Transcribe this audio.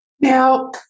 Now